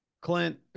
Clint